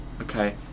Okay